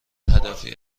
هدفی